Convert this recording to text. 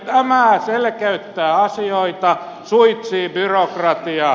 tämä selkeyttää asioita suitsii byrokratiaa